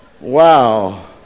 Wow